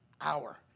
hour